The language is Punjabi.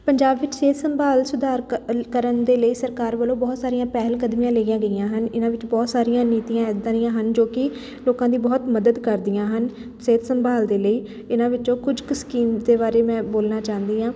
ਪੰਜਾਬ ਵਿੱਚ ਸਿਹਤ ਸੰਭਾਲ ਸੁਧਾਰ ਕ ਲ ਕਰਨ ਦੇ ਲਈ ਸਰਕਾਰ ਵੱਲੋਂ ਬਹੁਤ ਸਾਰੀਆਂ ਪਹਿਲ ਕਦਮੀਆਂ ਲਈਆਂ ਗਈਆਂ ਹਨ ਇਹਨਾਂ ਵਿੱਚ ਬਹੁਤ ਸਾਰੀਆਂ ਨੀਤੀਆਂ ਇੱਦਾਂ ਦੀਆਂ ਹਨ ਜੋ ਕਿ ਲੋਕਾਂ ਦੀ ਬਹੁਤ ਮਦਦ ਕਰਦੀਆਂ ਹਨ ਸਿਹਤ ਸੰਭਾਲ ਦੇ ਲਈ ਇਹਨਾਂ ਵਿੱਚੋਂ ਕੁਝ ਕੁ ਸਕੀਮ ਦੇ ਬਾਰੇ ਮੈਂ ਬੋਲਣਾ ਚਾਹੁੰਦੀ ਹਾਂ